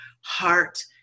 heart